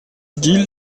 guil